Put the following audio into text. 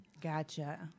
Gotcha